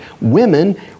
Women